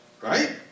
Right